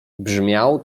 brzmiał